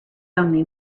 only